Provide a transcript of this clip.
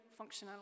functionality